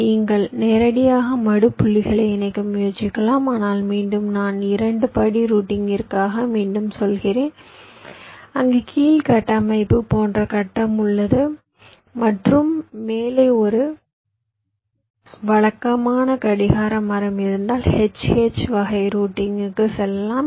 நீங்கள் நேரடியாக மடு புள்ளிகளை இணைக்க முயற்சிக்கலாம் ஆனால் மீண்டும் நான் 2 படி ரூட்டிங்கிற்காக மீண்டும் சொல்கிறேன் அங்கு கீழ் கட்டமைப்பு போன்ற கட்டம் உள்ளது மற்றும் மேலே ஒரு வழக்கமான கடிகார மரம் இருந்தால் H H வகை ரூட்டிங்க்கு செல்லலாம்